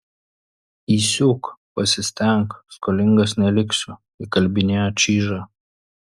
įsiūk pasistenk skolingas neliksiu įkalbinėjo čyžą